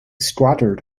squatted